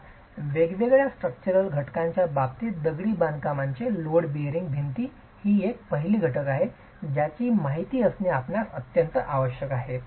अर्थात वेगवेगळ्या स्ट्रक्चरल घटकांच्या बाबतीत दगडी बांधकामाचे लोड बेयरिंग भिंती ही एक पहिली घटक आहे ज्याची आपल्याला माहिती असणे आवश्यक आहे